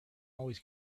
always